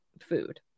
food